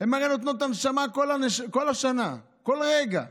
הן נותנות את הנשמה כל השנה, כל רגע.